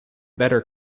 better